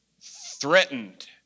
threatened